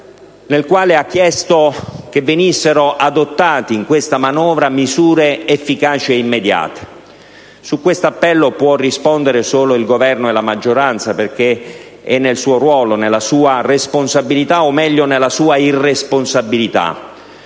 dei quali ha chiesto che venissero adottate all'interno di questa manovra misure efficaci ed immediate. A questo appello possono rispondere solo il Governo e la maggioranza, perché rientra nel loro ruolo e nella loro responsabilità, o meglio nella loro irresponsabilità.